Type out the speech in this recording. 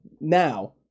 now